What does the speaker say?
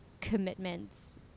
commitments